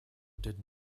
did